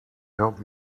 help